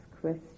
question